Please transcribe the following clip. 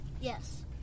Yes